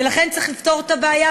ולכן צריך לפתור את הבעיה,